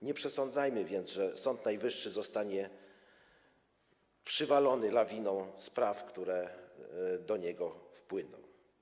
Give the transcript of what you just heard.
Nie przesądzajmy więc, że Sąd Najwyższy zostanie przywalony lawiną spraw, które do niego wpłyną.